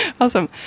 Awesome